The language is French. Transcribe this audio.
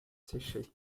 séché